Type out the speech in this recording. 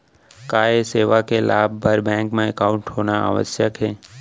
का ये सेवा के लाभ बर बैंक मा एकाउंट होना आवश्यक हे